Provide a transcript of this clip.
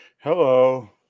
Hello